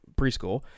preschool